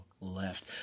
left